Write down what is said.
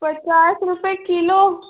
पचास रुपये किलो